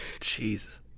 Jesus